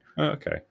okay